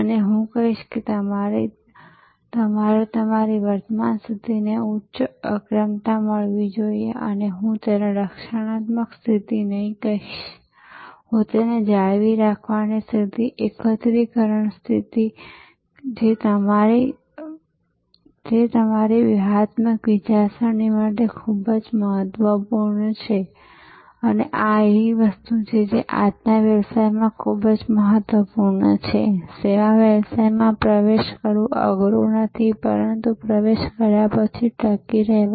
તેથી પ્રશ્ન એ છે કે ડબ્બાવાલાઓનું આ મોટા પ્રમાણમાં માનવ કેન્દ્રિત નેટવર્ક્સ વિરુદ્ધ આ માહિતી અને સંદેશાવ્યવહાર ટેક્નોલોજી આધારિત ખોરાક વિતરણ નેટવર્ક્સ તેઓ કેવી રીતે એકબીજા સાથે સ્પર્ધા કરશે કોણ ટકી રહેશે અને આ સેવાઓ હવેથી 5 વર્ષ પછી શું આકાર લેશે